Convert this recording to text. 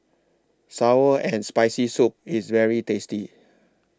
Sour and Spicy Soup IS very tasty